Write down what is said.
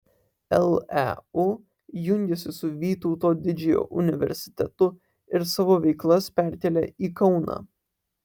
leu jungiasi su vytauto didžiojo universitetu ir savo veiklas perkelia į kauną